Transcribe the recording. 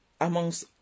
amongst